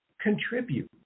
contribute